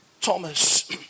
Thomas